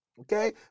Okay